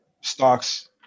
stocks